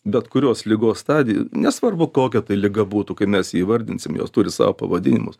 bet kurios ligos stadij nesvarbu kokia tai liga būtų kaip mes ją įvardinsim jos turi savo pavadinimus